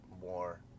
more